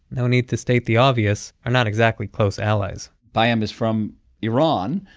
no need to state the obvious, are not exactly close allies payam is from iran.